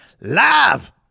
Live